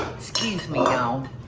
excuse me y'all.